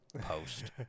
post